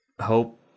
Hope